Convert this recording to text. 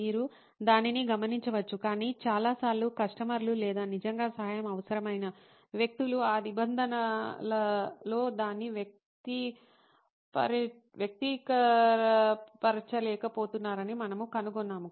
మీరు దానిని గమనించవచ్చు కాని చాలా సార్లు కస్టమర్లు లేదా నిజంగా సహాయం అవసరమైన వ్యక్తులు ఆ నిబంధనలలో దానిని వ్యక్తపరచలేకపోతున్నారని మనము కనుగొన్నాము